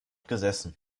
gesessen